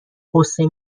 غصه